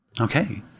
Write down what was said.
Okay